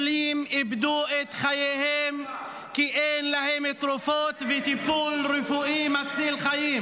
אלפי חולים איבדו את חייהם כי אין להם תרופות וטיפול רפואי מציל חיים,